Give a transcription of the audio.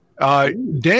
Dan